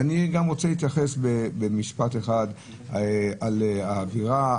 ואני רוצה להתייחס במשפט אחד על האווירה,